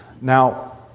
Now